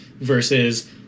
versus